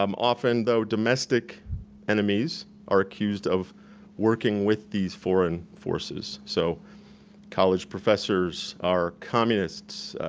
um often though domestic enemies are accused of working with these foreign forces. so college professors are communists,